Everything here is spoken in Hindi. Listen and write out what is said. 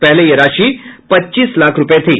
पहले यह राशि पच्चीस लाख रूपये थी